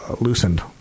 loosened